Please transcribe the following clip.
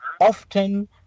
Often